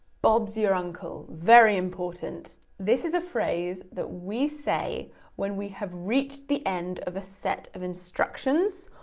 bob's your uncle, very important. this is a phrase that we say when we have reached the end of a set of instructions,